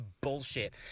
bullshit